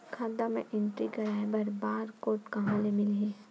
खाता म एंट्री कराय बर बार कोड कहां ले मिलही?